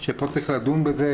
פה צריך לדון בזה.